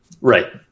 right